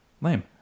lame